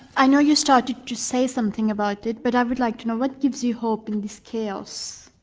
i know you started to say something about it but i would like to know what gives you hope in this chaos?